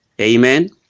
Amen